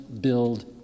Build